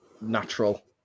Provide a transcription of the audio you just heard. natural